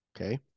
okay